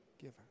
giver